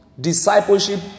discipleship